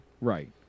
Right